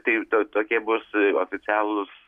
tai to tokie bus oficialūs